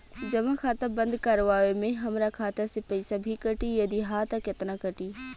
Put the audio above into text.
जमा खाता बंद करवावे मे हमरा खाता से पईसा भी कटी यदि हा त केतना कटी?